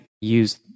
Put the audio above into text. use